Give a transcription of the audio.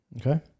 Okay